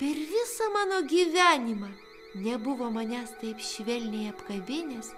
per visą mano gyvenimą nebuvo manęs taip švelniai apkabinęs